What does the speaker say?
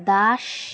Das